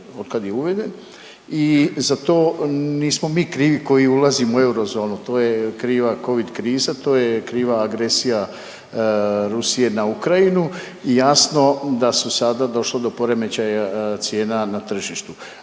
otkad je uveden i za to nismo mi krivi koji ulazimo u eurozonu, to je kriva covid kriza, to je kriva agresija Rusije na Ukrajinu i jasno da su sada došlo do poremećaja cijena na tržištu.